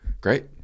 Great